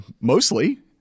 mostly